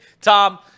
Tom